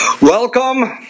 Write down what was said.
Welcome